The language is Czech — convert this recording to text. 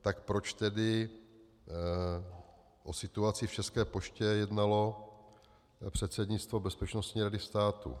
Tak proč tedy o situaci v České poště jednalo předsednictvo Bezpečnostní rady státu?